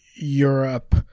Europe